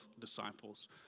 disciples